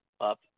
up